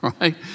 right